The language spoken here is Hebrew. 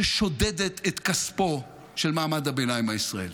ששודדת את כספו של מעמד הביניים הישראלי.